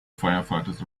firefighters